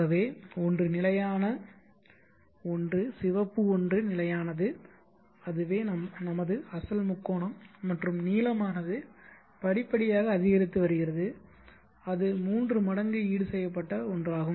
ஆகவே ஒன்று நிலையான 1 சிவப்பு ஒன்று நிலையானது அதுவே நமது அசல் முக்கோணம் மற்றும் நீலமானது படிப்படியாக அதிகரித்து வருகிறது அது மூன்று மடங்கு ஈடுசெய்யப்பட்ட ஒன்றாகும்